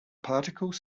particle